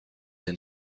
and